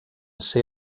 ser